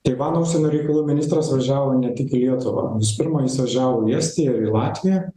taivano užsienio reikalų ministras važiavo ne tik į lietuvą visų pirma jis važiavo į estiją ir į latviją